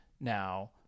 now